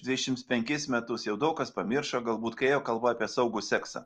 dvidešims penkis metus jau daug kas pamiršo galbūt kai ėjo kalba apie saugų seksą